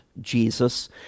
Jesus